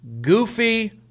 goofy